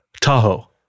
Tahoe